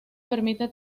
permite